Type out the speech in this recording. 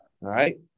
right